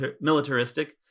militaristic